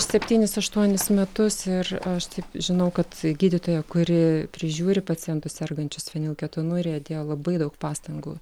septynis aštuonis metus ir aš taip žinau kad gydytoja kuri prižiūri pacientus sergančius fenilketonurija dėjo labai daug pastangų